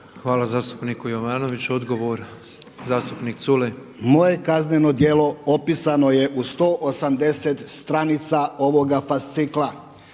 Hvala zastupniku Jovanoviću. Odgovor zastupnik Culej. **Culej, Stevo (HDZ)** Moje kazneno djelo opisano je u 180 stranica ovoga fascikla